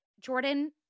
Jordan